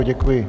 Děkuji.